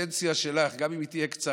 בקדנציה שלך, גם אם היא תהיה קצרה,